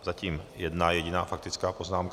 Zatím jedna jediná faktická poznámka.